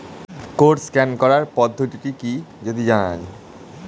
Code scan করার পদ্ধতিটি কি যদি জানান?